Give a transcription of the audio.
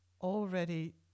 already